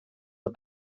the